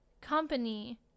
company